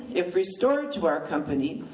if restored to our company,